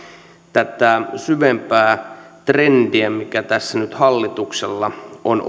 tätä syvempää trendiä mikä tässä nyt hallituksella on